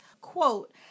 quote